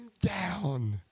down